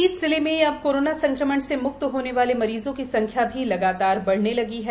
इस बीच जिले में अब कोरोना संक्रमण से मुक्त होने वाले मरीजों की संख्या भी लगातार बढ़ने लगी है